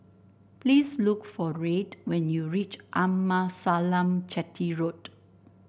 please look for Red when you reach Amasalam Chetty Road